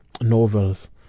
novels